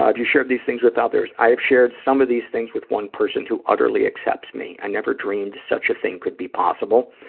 um you shared these things with others? i have shared some of these things with one person who utterly accepts me. i never dreamed such a thing could be possible,